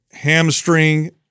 hamstring